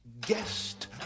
Guest